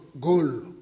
Goal